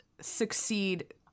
succeed